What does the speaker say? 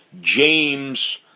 James